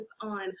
on